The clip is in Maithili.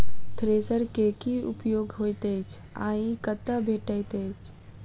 थ्रेसर केँ की उपयोग होइत अछि आ ई कतह भेटइत अछि?